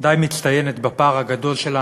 די מצטיינת בפער הגדול שלה.